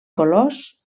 colors